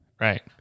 Right